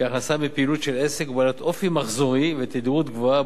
כהכנסה מפעילות של עסק ובעלת אופי מחזורי ותדירות גבוהה,